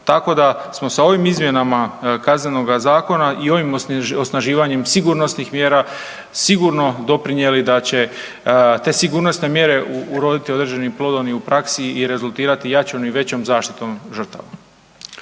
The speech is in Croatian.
Tako da smo sa ovim izmjenama KZ-a i ovim osnaživanjem sigurnosnih mjera sigurno doprinijeli da će se te sigurnosne mjere uroditi određenim plodom i u praksi i rezultirati jačom i većom zaštitom žrtava.